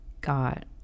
got